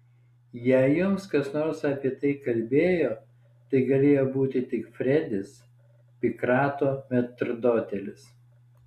jei jums kas nors apie tai kalbėjo tai galėjo būti tik fredis pikrato metrdotelis